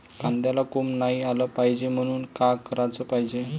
कांद्याला कोंब नाई आलं पायजे म्हनून का कराच पायजे?